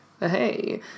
hey